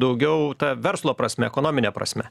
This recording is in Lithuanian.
daugiau ta verslo prasme ekonomine prasme